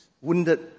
wounded